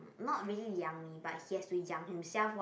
not really 养你 but he has to 养 himself what